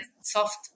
soft